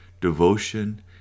devotion